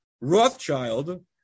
Rothschild